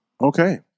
Okay